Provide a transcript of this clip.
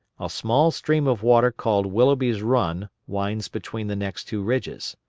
a small stream of water called willoughby's run winds between the next two ridges.